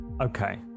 Okay